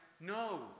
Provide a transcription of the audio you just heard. No